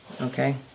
Okay